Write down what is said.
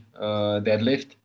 deadlift